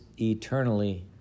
eternally